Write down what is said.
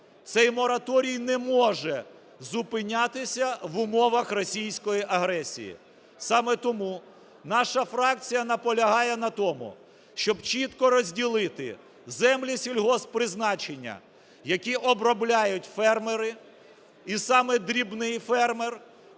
цей мораторій не може зупинятися в умовах російської агресії. Саме тому наша фракція наполягає на тому, щоб чітко розділити землі сільгосппризначення, які обробляють фермери і саме дрібний фермер,